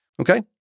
Okay